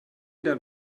dann